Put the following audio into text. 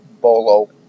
BOLO